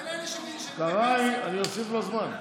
זה לאלה, קרעי, אני אוסיף לו זמן.